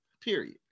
period